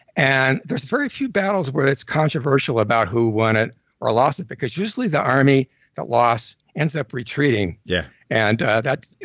and there's very few battles where's it's controversial about who won it or lost it because usually the army that lost ends up retreating, yeah and